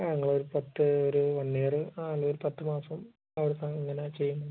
ആ ഞങ്ങൾ ഒരു പത്ത് ഒരു വൺ ഇയറ് ആ ഒരു പത്ത് മാസം ആയിക്കാണും ഇങ്ങനെ ചെയ്യുന്ന്